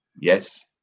Yes